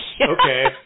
Okay